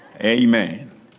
amen